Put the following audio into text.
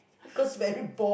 because very bored